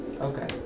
Okay